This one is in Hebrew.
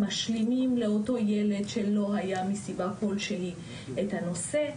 משלימים לאותו ילד שלא היה מסיבה כלשהי את הנושא.